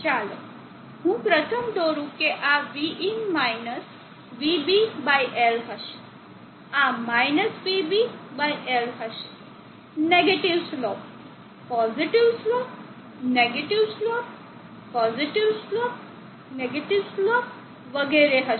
ચાલો હું પ્રથમ દોરું કે આ vin minus vB by L હશે આ -vB બાય L હશે negative slope positive slope negative slope positive slope negative slope વગેરે હશે